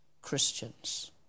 Christians